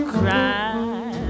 cry